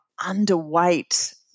underweight